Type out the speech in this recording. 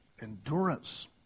endurance